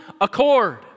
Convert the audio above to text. accord